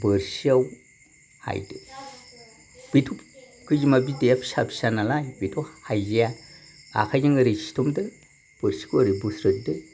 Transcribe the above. बोरसियाव हायदो बेथ' खैजोमा बिदैया फिसा फिसा नालाय बेथ' हायजाया आखायजों ओरै सिथ'मदो बोरसिखौ ओरै बोस्रोददो